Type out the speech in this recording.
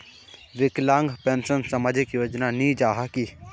विकलांग पेंशन सामाजिक योजना नी जाहा की?